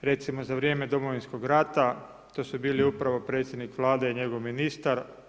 recimo za vrijeme domovinskog rata to su bili upravo predsjednik Vlade i njegov ministar.